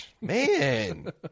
Man